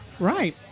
Right